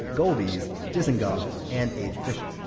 goldies, dizengoff, and abe fisher.